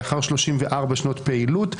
לאחר 34 שנות פעילות.